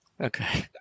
okay